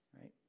right